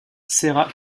sera